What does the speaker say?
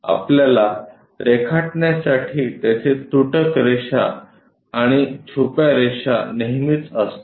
आपल्याला रेखाटण्यासाठी तेथे तुटक रेषा आणि छुप्या रेषा नेहमीच असतात